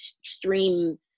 extreme